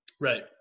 Right